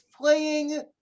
playing